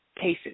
cases